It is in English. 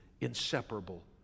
inseparable